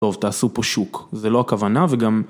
טוב, תעשו פה שוק, זה לא הכוונה וגם...